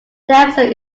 episode